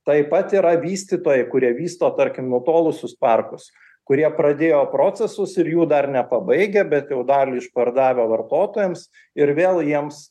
taip pat yra vystytojai kurie vysto tarkim nutolusius parkus kurie pradėjo procesus ir jų dar nepabaigę bet jau dalį išpardavę vartotojams ir vėl jiems